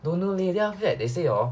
don't know leh then after that they say orh